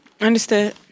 Understood